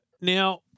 Now